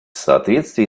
соответствии